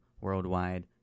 worldwide